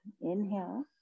inhale